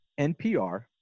NPR